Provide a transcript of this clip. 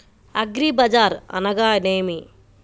అగ్రిబజార్ అనగా నేమి?